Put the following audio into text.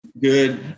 good